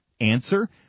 Answer